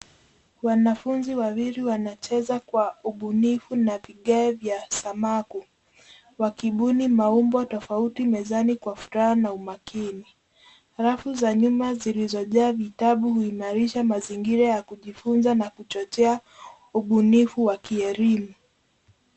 Wanafunzi wawili wanacheza kwa ubunifu na vigae vya samaku wakubuni maumbo tofauti mezani kwa furaha na umakini. Rafu za nyuma zilizojaa vitabu huimarisha mazingira ya kujifunza na kuchochea ubunifu wa kielimu.